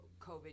COVID